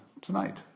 tonight